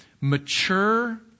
Mature